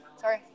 Sorry